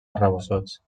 arrebossats